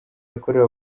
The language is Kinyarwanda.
yakorewe